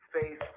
Face